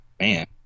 man